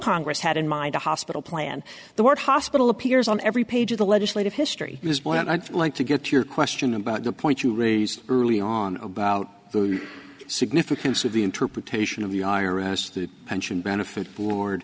congress had in mind a hospital plan the word hospital appears on every page of the legislative history is what i'd like to get to your question about the point you raised early on about the significance of the interpretation of the i r s the pension benefit